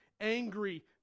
angry